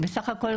בסך הכול,